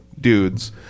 dudes